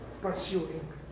pursuing